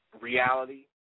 reality